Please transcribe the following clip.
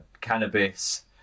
cannabis